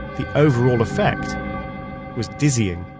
the overall effect was dizzying.